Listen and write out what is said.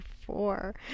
four